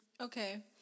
okay